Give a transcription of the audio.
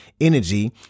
energy